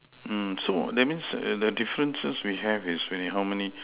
mm so that means the differences we have is how many